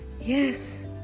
Yes